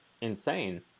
insane